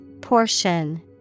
Portion